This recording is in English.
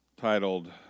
titled